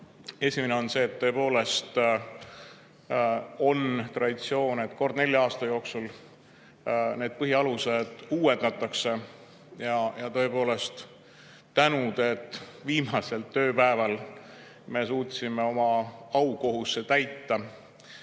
Esimene on see, et tõepoolest on traditsioon, et kord nelja aasta jooksul neid põhialuseid uuendatakse. Tõepoolest tänan, et viimasel tööpäeval me suudame täita oma aukohuse ja